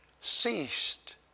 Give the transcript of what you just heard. ceased